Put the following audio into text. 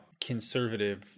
conservative